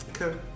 Okay